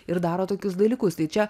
ir daro tokius dalykus tai čia